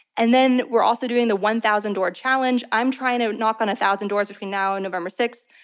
and then we're also doing the one thousand door challenge. i'm trying to knock on a thousand doors between now and november six.